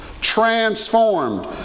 Transformed